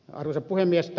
arvoisa puhemies